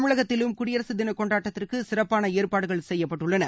தமிழகத்திலும் குடியரசு தின கொண்டாட்டத்திற்கு சிறப்பான ஏற்பாடுகள் செய்யப்பட்டுள்ளன